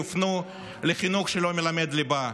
יופנו לחינוך שלא מלמד ליבה,